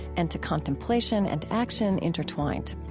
and to contemplation and action intertwined.